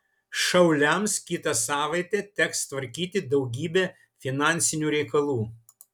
šauliams kitą savaitę teks tvarkyti daugybę finansinių reikalų